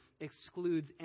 excludes